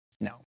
No